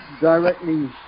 directly